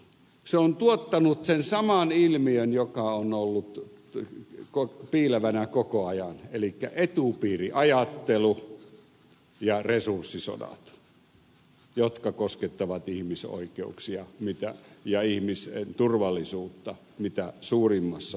se on tuottanut sen saman ilmiön joka on ollut piilevänä koko ajan elikkä etupiiriajattelun ja resurssisodat jotka koskettavat ihmisoikeuksia ja ihmisen turvallisuutta mitä suurimmissa määrin